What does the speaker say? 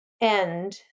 end